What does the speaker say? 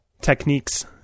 techniques